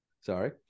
sorry